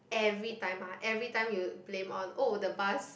everytime ah everytime you blame on oh the bus